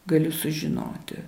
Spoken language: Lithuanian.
galiu sužinoti